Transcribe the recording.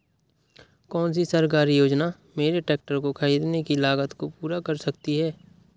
कौन सी सरकारी योजना मेरे ट्रैक्टर को ख़रीदने की लागत को पूरा कर सकती है?